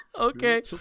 Okay